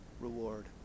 reward